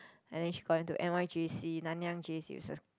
and then she got into n_y_j_c Nan-Yangj_c is a